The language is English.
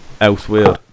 elsewhere